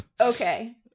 Okay